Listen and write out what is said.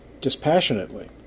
dispassionately